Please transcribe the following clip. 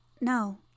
No